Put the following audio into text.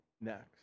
next